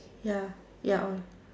ya ya